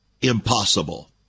impossible